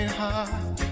heart